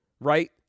right